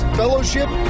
fellowship